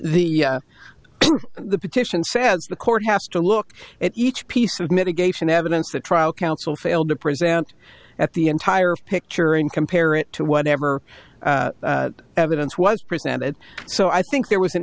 the the petition says the court has to look at each piece of mitigation evidence the trial counsel failed to present at the entire picture and compare it to whatever evidence was presented so i think there was an